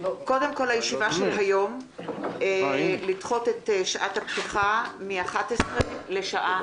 קודם כול הישיבה של היום לדחות את שעת הפתיחה מ- 11 לשעה